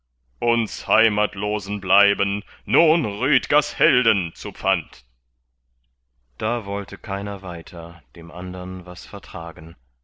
uns heimatlosen bleiben nun rüdgers helden zu pfand da wollte keiner weiter dem andern was vertragen